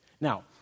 Now